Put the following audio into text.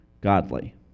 godly